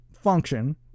function